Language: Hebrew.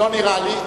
לא נראה לי.